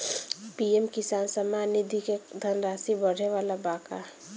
PM Kisan Samman Nidhi क धनराशि बढ़े वाला बा का?